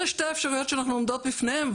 אלה שתי האפשרויות שאנחנו עומדות בפניהם,